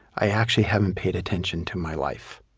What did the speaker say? i actually haven't paid attention to my life